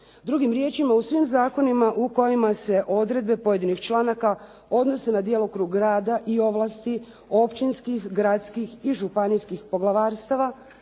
Drugim riječima u svim zakonima u kojima se odredbe pojedinih članaka odnose na djelokrug rada i ovlasti općinskih, gradskih i županijskih poglavarstva,